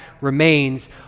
remains